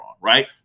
right